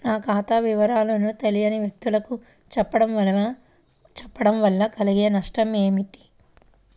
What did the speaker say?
నా ఖాతా వివరాలను తెలియని వ్యక్తులకు చెప్పడం వల్ల కలిగే నష్టమేంటి?